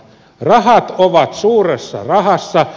rahat ovat suuressa rahassa